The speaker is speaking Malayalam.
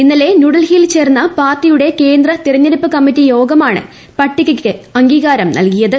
ഇന്നലെ ന്യൂഡൽഹിയിൽ ചേർന്ന് പാർട്ടിയുടെ കേന്ദ്ര തെരെഞ്ഞടുപ്പ് കമ്മിറ്റി യോഗമാണ് പട്ടികയ്ക്ക് അംഗീകാരം നൽകിയത്